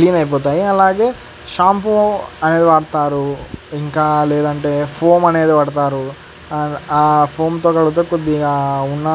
clean అయిపోతాయి అలాగే shampoo అనేది వాడతారు ఇంకా లేదంటే ఫోమ్ అనేది వాడతారు ఆ ఫోమ్తో కడిగితే కొద్దిగా ఉన్న